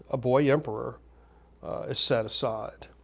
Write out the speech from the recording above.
a boy emperor is set aside.